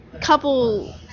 couple